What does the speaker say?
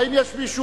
האם יש מישהו,